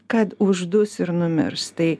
kad uždus ir numirs tai